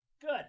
Good